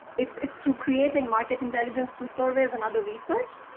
it is through creating market intelligence through surveys and other research.